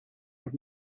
had